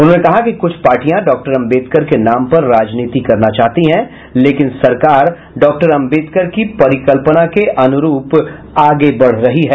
उन्होंने कहा कि कुछ पार्टियां डॉक्टर अम्बेदकर के नाम पर राजनीति करना चाहती हैं लेकिन सरकार डॉक्टर अम्बेदकर की परिकल्पना के अनुरूप आगे बढ़ रही है